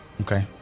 Okay